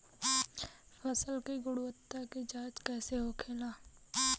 फसल की गुणवत्ता की जांच कैसे होखेला?